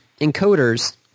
encoders